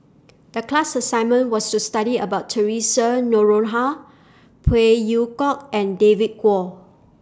The class assignment was to study about Theresa Noronha Phey Yew Kok and David Kwo